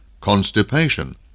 constipation